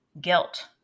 guilt